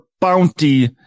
bounty